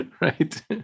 Right